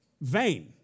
vain